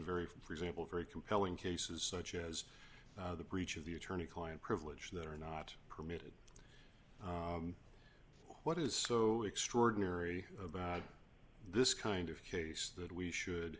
very few for example very compelling cases such as the breach of the attorney client privilege that are not permitted what is so extraordinary about this kind of case that we should